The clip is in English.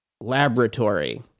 laboratory